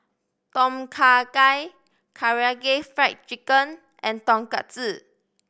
Tom Kha Gai Karaage Fried Chicken and Tonkatsu